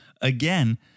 Again